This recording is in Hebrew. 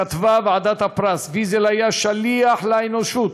כתבה ועדת הפרס: "ויזל היה שליח לאנושות,